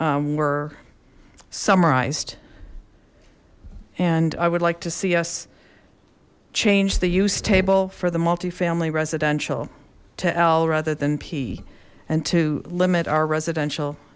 were summarized and i would like to see us change the use table for the multifamily residential to l rather than p and to limit our residential